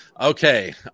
Okay